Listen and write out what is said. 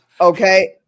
Okay